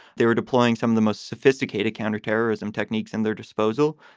they were deploying some of the most sophisticated counterterrorism techniques in their disposal.